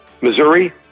missouri